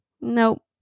Nope